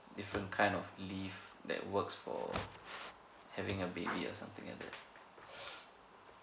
different kind of leave that works for having a baby or something like that